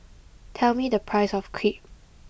tell me the price of Crepe